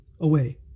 away